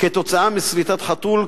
מסריטת חתול,